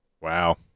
Wow